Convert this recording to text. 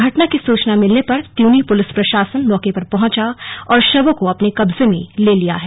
घटना की सूचना मिलने पर त्यूनी पुलिस प्रशासन मौके पर पहुंचा और शवों को अपने कब्जे में ले लिया है